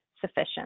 sufficient